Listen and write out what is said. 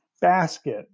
Basket